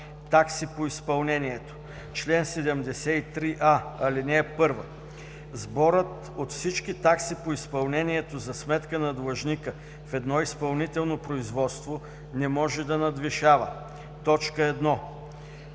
„Такси по изпълнението“. (1) Сборът от всички такси по изпълнението за сметка на длъжника в едно изпълнително производство не може да надвишава: 1.